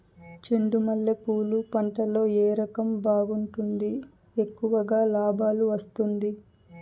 చెండు మల్లె పూలు పంట లో ఏ రకం బాగుంటుంది, ఎక్కువగా లాభాలు వస్తుంది?